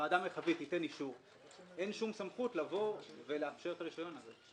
שהוועדה המרחבית תיתן אישור אין שום סמכות לאפשר את הרישיון הזה.